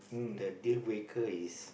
the deal breaker is